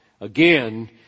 again